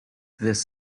this